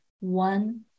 one